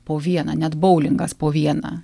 po vieną net boulingas po vieną